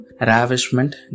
Ravishment